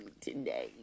today